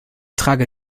trage